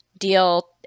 deal